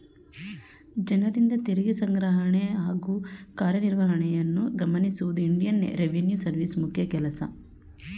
ಜನರಿಂದ ತೆರಿಗೆ ಸಂಗ್ರಹಣೆ ಹಾಗೂ ಕಾರ್ಯನಿರ್ವಹಣೆಯನ್ನು ಗಮನಿಸುವುದು ಇಂಡಿಯನ್ ರೆವಿನ್ಯೂ ಸರ್ವಿಸ್ ಮುಖ್ಯ ಕೆಲಸ